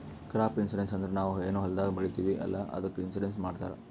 crop insurance ಅಂದುರ್ ನಾವ್ ಏನ್ ಹೊಲ್ದಾಗ್ ಬೆಳಿತೀವಿ ಅಲ್ಲಾ ಅದ್ದುಕ್ ಇನ್ಸೂರೆನ್ಸ್ ಮಾಡ್ತಾರ್